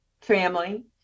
family